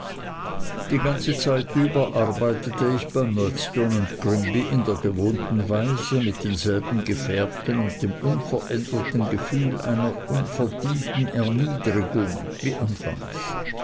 die ganze zeit über arbeitete ich bei murdstone grinby in der gewohnten weise mit denselben gefährten und dem unveränderten gefühl einer unverdienten erniedrigung wie anfangs